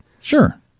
Sure